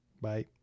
bye